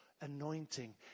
Anointing